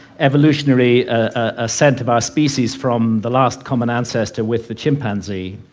evolutionary ascent of our species from the last common ancestor with the chimpanzee,